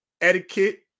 etiquette